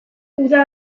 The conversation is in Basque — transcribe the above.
uda